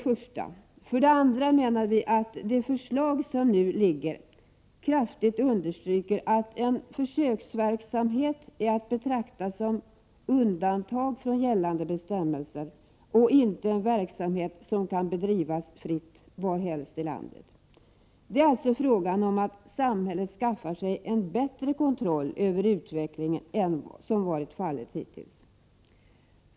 För det andra understryks det kraftigt i det förslag som nu föreligger att en försöksverksamhet är att betrakta som undantag från gällande bestämmelser och inte är en verksamhet som kan bedrivas fritt var som helst i landet. Det är alltså fråga om att samhället skaffar sig en bättre kontroll över utvecklingen än som hittills har varit fallet.